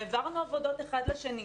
העברנו עבודות אחד לשני,